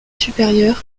supérieur